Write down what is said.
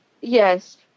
Yes